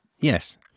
Yes